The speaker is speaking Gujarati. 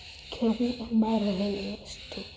કે હું એમાં રહેલી વસ્તુ